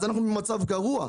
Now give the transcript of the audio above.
אז אנחנו במצב גרוע.